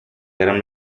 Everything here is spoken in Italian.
gran